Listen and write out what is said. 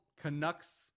canucks